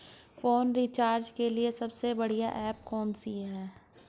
Phone recharge करने के लिए सबसे बढ़िया ऐप कौन सी है?